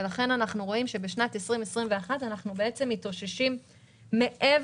לכן אנחנו רואים שבשנת 2021 אנחנו מתאוששים מעבר